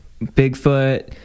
Bigfoot